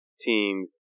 teams